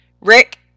Rick